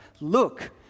look